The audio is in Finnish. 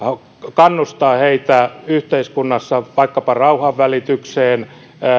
kannustaa heitä yhteiskunnassa vaikkapa rauhanvälitykseen